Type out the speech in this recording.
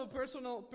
personal